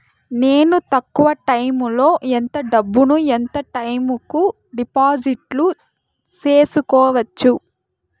నేను తక్కువ టైములో ఎంత డబ్బును ఎంత టైము కు డిపాజిట్లు సేసుకోవచ్చు?